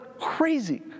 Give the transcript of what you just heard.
crazy